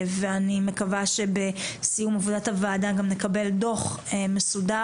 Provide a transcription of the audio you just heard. ואני מקווה שבסיום עבודת הוועדה גם נקבל דו"ח מסודר